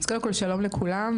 קודם כל שלום לכולם.